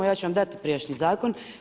Ja ću vam dati prijašnji zakon.